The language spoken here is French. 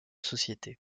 société